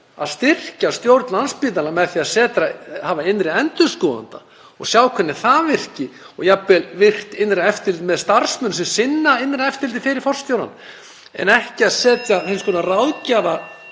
að styrkja stjórn Landspítalans með því að hafa innri endurskoðanda og sjá hvernig það virkar, og jafnvel virkt innra eftirlit með starfsmönnum sem sinna innra eftirliti fyrir forstjórann, en ekki að setja upp (Forseti